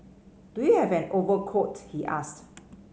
do you have an overcoat he asked